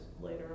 later